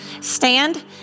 stand